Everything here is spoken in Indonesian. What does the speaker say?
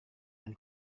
dan